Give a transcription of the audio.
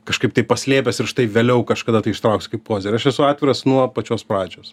kažkaip tai paslėpęs ir štai vėliau kažkada tai ištrauksiu kaip kozerį aš esu atviras nuo pačios pradžios